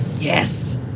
Yes